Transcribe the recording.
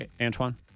Antoine